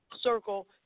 circle